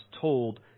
told